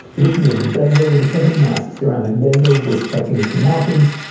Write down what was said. looking at the bezel we have a nice ceramic bezel with tachymeter markings.